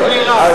בחירה.